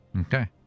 Okay